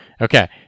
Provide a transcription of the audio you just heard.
Okay